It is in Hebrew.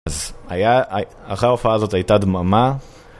אז אחרי ההופעה הזאת הייתה דממה